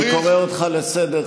אני קורא אותך לסדר,